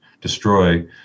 destroy